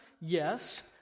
Yes